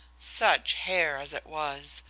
such hair as it was!